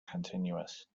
continuous